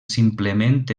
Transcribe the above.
simplement